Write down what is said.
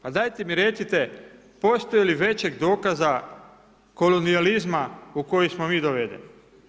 Pa dajte mi recite postoji li većeg dokaza kolonijalizma u koji smo mi dovedeni.